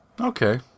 Okay